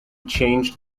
changed